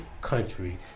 country